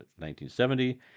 1970